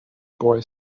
boy